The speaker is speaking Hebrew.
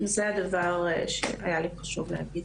זה הדבר שהיה לי חשוב להגיד.